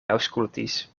aŭskultis